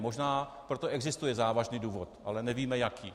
Možná pro to existuje závažný důvod, ale nevíme jaký.